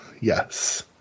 Yes